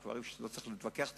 דברים שלא צריך להתווכח עליהם,